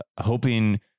hoping